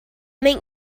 make